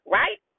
right